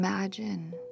Imagine